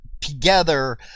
together